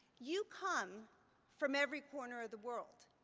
you come from every corner of the world.